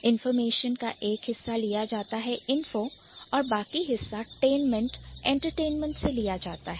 Information का एक हिस्सा लिया जाता है Info फिर बाकी हिस्सा tainment Entertainment से लिया जाता है